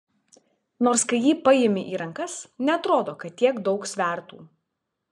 nors kai jį paimi į rankas neatrodo kad tiek daug svertų